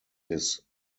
his